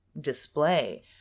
display